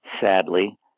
sadly